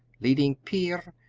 leading pier,